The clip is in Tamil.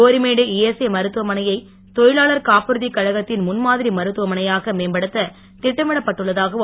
கோரிமேடு இஎஸ்ஐ மருத்துவமனையை தொழிலாளர் காப்புறுதி கழகத்தின் முன்மாதிரி மருத்துவமனையாக மேம்படுத்த தட்டமிடப்பட்டுள்ளதாகவும்